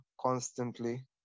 Constantly